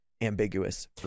ambiguous